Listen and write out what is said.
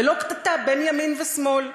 ולא קטטה בין ימין ושמאל.